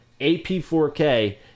AP4K